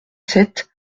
sept